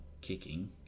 kicking